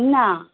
না